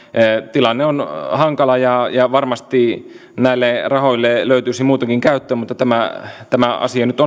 tilanne on hankala ja ja varmasti näille rahoille löytyisi muutakin käyttöä mutta tämä tämä asia nyt